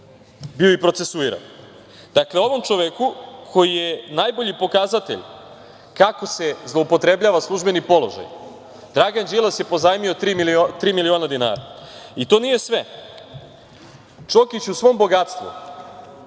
bio i procesuiran. Dakle, ovom čoveku koji je najbolji pokazatelj kako se zloupotrebljava službeni položaj, Dragan Đilas je pozajmio tri miliona dinara. I to nije sve. Čokić u svom bogatstvu